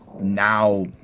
now